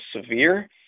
severe